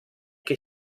che